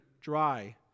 dry